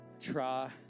try